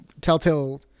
Telltale